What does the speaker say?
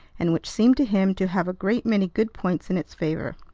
and which seemed to him to have a great many good points in its favor.